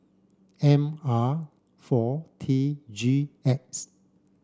M R four T G X